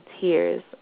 tears